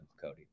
Cody